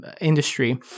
industry